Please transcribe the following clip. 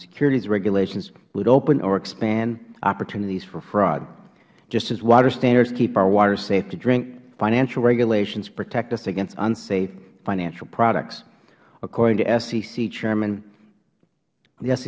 securities regulations would open and expand opportunities for fraud just as water standards keep our water safe to drink financial regulations protect us against unsafe financial products according to sec chairman